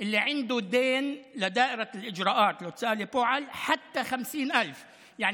מי שיש לו חוב להוצאה לפועל עד 50,000 שקל,